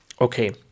okay